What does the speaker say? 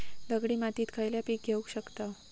दगडी मातीत खयला पीक घेव शकताव?